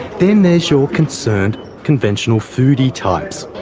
then there's your concerned conventional foodie types.